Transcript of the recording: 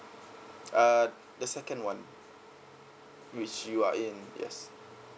err the second one which you are in yes